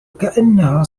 كأنها